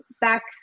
back